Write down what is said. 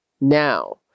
now